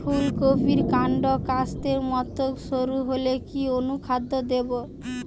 ফুলকপির কান্ড কাস্তের মত সরু হলে কি অনুখাদ্য দেবো?